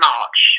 March